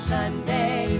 Sunday